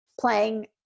playing